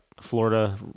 Florida